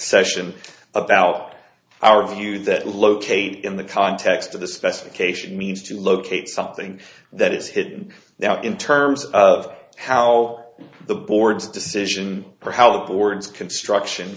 session about our view that located in the context of the specification means to locate something that is hidden now in terms of how the board's decision for how boards construction